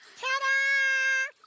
ta da!